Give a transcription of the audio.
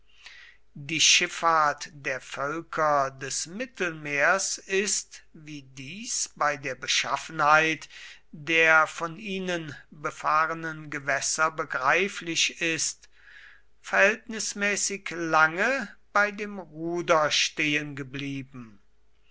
die schiffahrt der völker des mittelmeers ist wie dies bei der beschaffenheit der von ihnen befahrenen gewässer begreiflich ist verhältnismäßig lange bei dem ruder